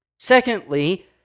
Secondly